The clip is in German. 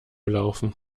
laufen